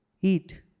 Eat